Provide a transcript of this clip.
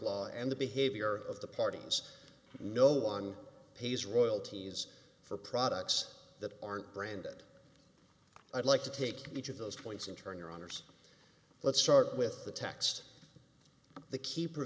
law and the behavior of the parties no one pays royalties for products that aren't branded i'd like to take each of those points in turn your honour's let's start with the text the ke